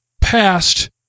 past